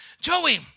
Joey